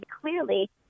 clearly